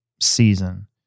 season